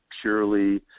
purely